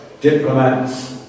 diplomats